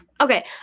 okay